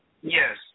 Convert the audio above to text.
Yes